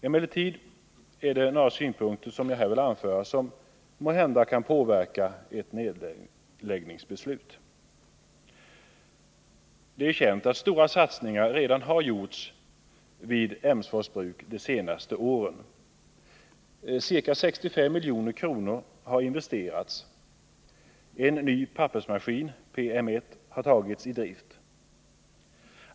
Emellertid vill jag här anföra några synpunkter, som måhända kan påverka ett nedläggningsbeslut. Det är känt att stora satsningar under de senaste åren redan har gjorts vid Emsfors bruk. Ca 65 milj.kr. har investerats. En ny pappersmaskin — PM 1—- har tagits i drift.